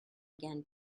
again